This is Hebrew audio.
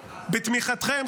בתמיכתכם,